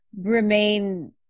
remain